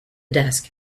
desk